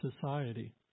society